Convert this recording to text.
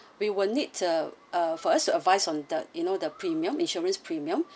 we will need to uh for us to advise on the you know the premium insurance premium